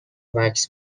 وکس